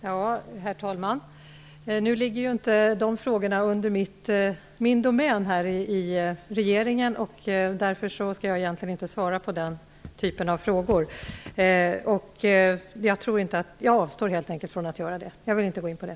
Herr talman! Dessa frågor ligger inte på min domän i regeringen. Därför skall jag egentligen inte svara på den typen av frågor, och jag avstår helt enkelt från att göra det. Jag vill inte gå in på det.